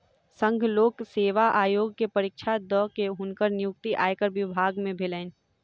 संघ लोक सेवा आयोग के परीक्षा दअ के हुनकर नियुक्ति आयकर विभाग में भेलैन